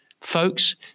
Folks